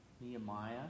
Nehemiah